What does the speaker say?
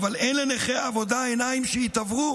אבל אין לנכי עבודה עיניים שהתעוורו?